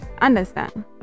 Understand